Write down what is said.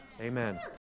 Amen